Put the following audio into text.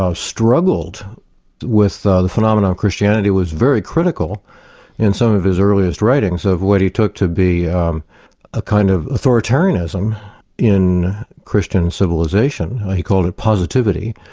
ah struggled with the phenomenon christianity, was very critical in some of his earliest writings of what he took to be a kind of authoritarianism in christian civilization. he called it positivity.